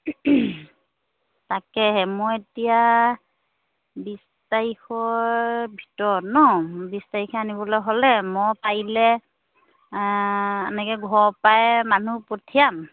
তাকেহে মই এতিয়া বিছ তাৰিখৰ ভিতৰত নহ্ বিছ তাৰিখে আনিবলৈ হ'লে মই পাৰিলে এনেকৈ ঘৰৰ পৰাই মানুহ পঠিয়াম